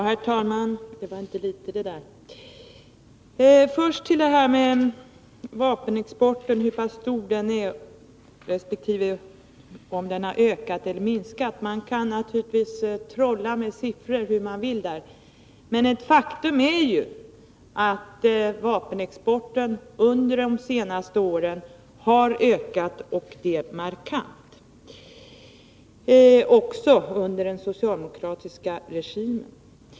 Herr talman! Det var inte litet, det Nils Svensson sade. Först till frågan om hur stor vapenexporten är och om den har ökat eller minskat: Man kan naturligtvis trolla med siffror hur man vill på den här punkten, men faktum är att vapenexporten under de senaste åren har ökat markant, också under den socialdemokratiska regimen.